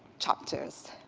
chapters.